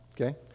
Okay